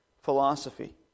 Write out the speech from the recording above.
philosophy